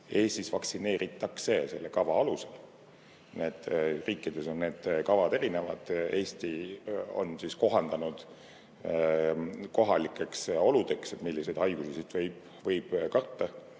Eestis vaktsineeritakse selle kava alusel. Riikides on need kavad erinevad, Eesti on kohandanud kohalike oludega vastavaks, milliseid haigusi siin võib katta.